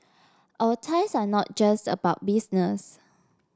our ties are not just about business